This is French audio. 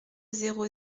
zéro